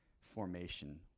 formation